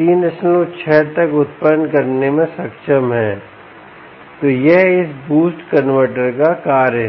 36 तक उत्पन्न करने में सक्षम है तो यह इस बूस्ट कनवर्टर का कार्य है